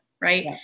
right